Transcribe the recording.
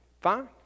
Fine